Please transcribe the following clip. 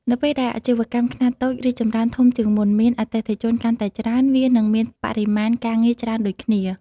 នៅពេលដែលអាជីវកម្មខ្នាតតូចរីកចម្រើនធំជាងមុន មានអតិថិជនកាន់តែច្រើន វានឹងមានបរិមាណការងារច្រើនដូចគ្នា។